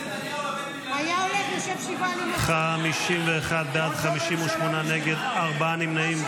יושב שבעה --- 51 בעד, 58 נגד, ארבעה נמנעים.